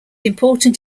important